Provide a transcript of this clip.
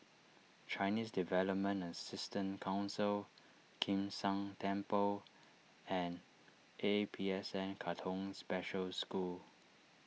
Chinese Development Assistance Council Kim San Temple and A P S N Katong Special School